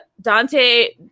Dante